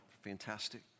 Fantastic